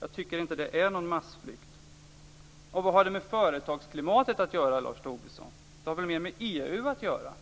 Jag tycker inte att det är någon massflykt. Vad har det med företagsklimatet att göra, Lars Tobisson? Det har väl mer med EU att göra.